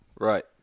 Right